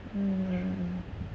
mm mm mm mm